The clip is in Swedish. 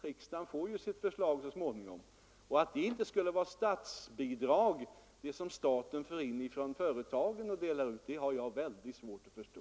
Riksdagen får sitt förslag så småningom. Och att de pengar som staten delar ut för att stimulera förbättringar av arbetsmiljön inte skulle vara statsbidrag har jag väldigt svårt att förstå.